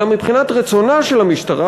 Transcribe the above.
אלא מבחינת רצונה של המשטרה,